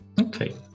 Okay